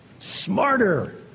smarter